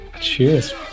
cheers